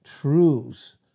truths